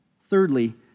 Thirdly